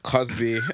Cosby